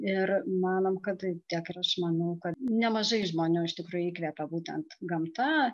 ir manom kad tiek ir aš manau kad nemažai žmonių iš tikrųjų įkvepia būtent gamta